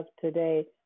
today